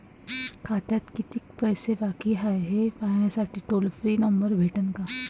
खात्यात कितीकं पैसे बाकी हाय, हे पाहासाठी टोल फ्री नंबर भेटन का?